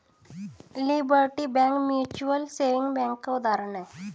liberty bank mutual saving bank का उदाहरण है